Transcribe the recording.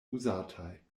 uzataj